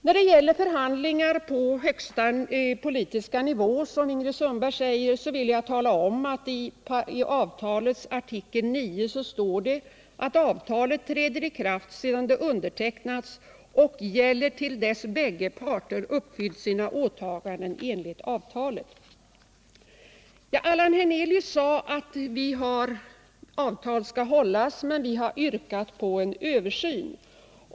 När det gäller förhandlingarna på högsta politiska nivå, som Ingrid Sundberg säger, så vill jag tala om att det i avtalets artikel 9 står att avtalet träder i kraft sedan det undertecknats och gäller till dess bägge parter uppfyllt sina åtaganden enligt avtalet. Allan Hernelius sade: Avtal skall hållas, men vi har yrkat på en översyn.